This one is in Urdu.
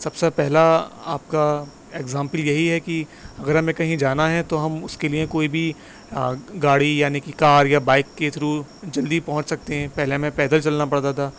سب سے پہلا آپ کا ایگزامپل یہی ہے کہ اگر ہمیں کہیں جانا ہے تو ہم اس کے لیے کوئی بھی گاڑی یعنی کہ کار یا بائیک کے تھرو جلدی پہنچ سکتے ہیں پہلے ہمیں پیدل چلنا پڑتا تھا